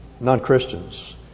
non-Christians